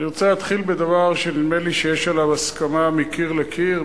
אני רוצה להתחיל בדבר שנדמה לי שיש עליו הסכמה מקיר לקיר,